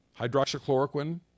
hydroxychloroquine